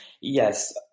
Yes